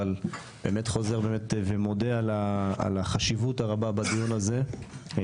אבל באמת חוזר ומודה על החשיבות הרבה בדיון הזה,